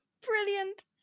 Brilliant